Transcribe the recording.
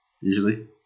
Usually